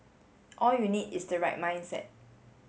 all you need is the right mindset